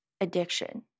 addiction